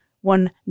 one